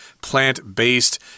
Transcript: plant-based